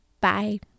Bye